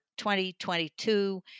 2022